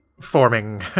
forming